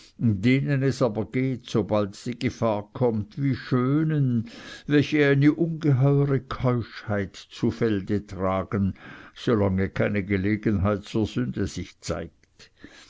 denen es aber geht sobald die gefahr kommt wie schönen welche eine ungeheure keuschheit zu felde tragen solange keine gelegenheit zur sünde sich zeigt